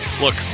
Look